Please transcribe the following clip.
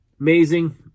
amazing